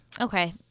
Okay